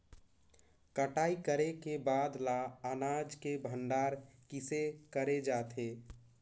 कटाई करे के बाद ल अनाज के भंडारण किसे करे जाथे?